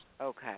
Okay